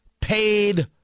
paid